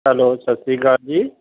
hello ਸਤਿ ਸ਼੍ਰੀ ਅਕਾਲ ਜੀ